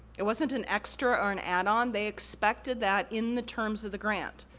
it wasn't an extra or an add on, they expected that in the terms of the grant.